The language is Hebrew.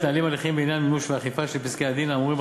מתנהלים הליכים בעניין מימוש ואכיפה של פסקי-הדין האמורים,